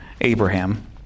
Abraham